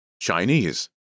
Chinese